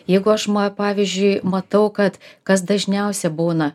jeigu aš pavyzdžiui matau kad kas dažniausiai būna